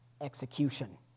execution